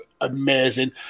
amazing